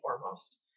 foremost